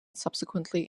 subsequently